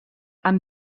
amb